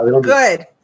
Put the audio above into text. Good